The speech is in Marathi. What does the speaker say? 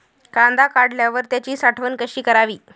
कांदा काढल्यावर त्याची साठवण कशी करावी?